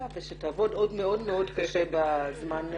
ושתעבוד עוד מאוד מאוד קשה בזמן שנקצב לך.